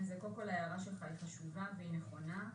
קודם כל ההערה שלך חשובה והיא נכונה,